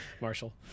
Marshall